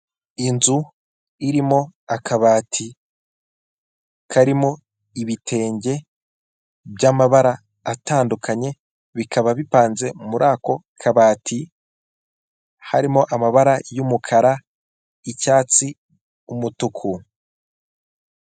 Inzu irimo akabati karimo ibitenge by'amabara atandukanye bikaba bipanze muri ako kabati harimo amabara y'umukara, icyatsi, umutuku.